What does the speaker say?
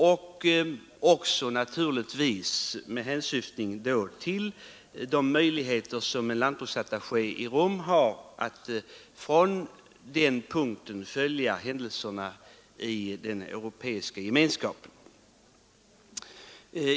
Förslaget har bl.a. tillkommit med hänsyn till de möjligheter en lantbruksattaché har att från Rom följa händelserna i den Europeiska gemenskapen.